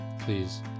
please